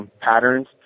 patterns